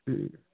ٹھیٖک